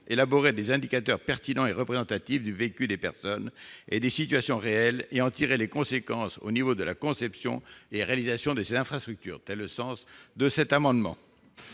élaborer des indicateurs pertinents et représentatifs du vécu des personnes et des situations réelles et en tirer les conséquences au niveau de la conception et réalisation des infrastructures. Tel est le sens de cet amendement.